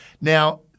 Now